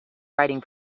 writing